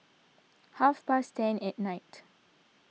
half past ten at night